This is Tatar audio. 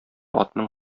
атның